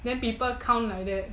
then people count like that